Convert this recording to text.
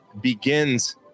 begins